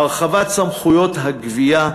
הרחבת סמכויות הגבייה,